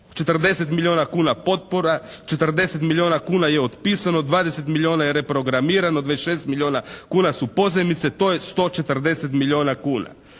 40 milijuna kuna potpora, 40 milijuna kuna je otpisano. 20 milijuna je reprogramirano. 26 milijuna kuna su pozajmice. To je 140 milijuna kuna.